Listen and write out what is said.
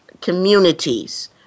communities